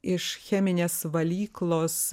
iš cheminės valyklos